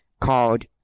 called